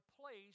place